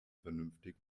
vernünftig